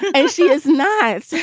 and and she is nice.